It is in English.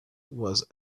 was